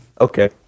okay